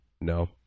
No